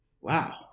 Wow